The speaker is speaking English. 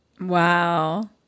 Wow